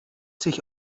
sich